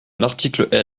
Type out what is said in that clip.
l’article